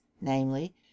namely